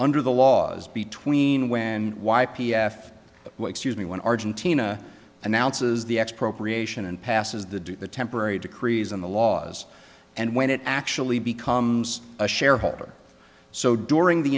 under the laws between when y p f y excuse me when argentina announces the expropriation and passes the do the temporary decrees in the laws and when it actually becomes a shareholder so during the